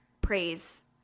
praise